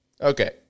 Okay